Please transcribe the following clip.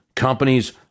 Companies